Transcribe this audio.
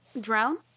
Drown